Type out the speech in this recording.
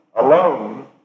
alone